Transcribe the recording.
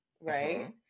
right